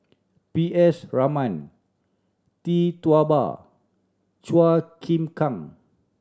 P S Raman Tee Tua Ba Chua Chim Kang